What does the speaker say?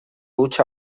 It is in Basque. hutsa